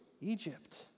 Egypt